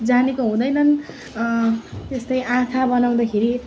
जानेको हुँदैनन् त्यस्तै आँखा बनाउँदाखेरि